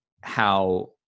how-